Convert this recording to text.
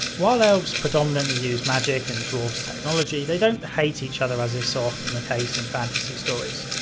while elves predominantly use magick and dwarves technology, they don't hate each other as is so often the case in fantasy stories.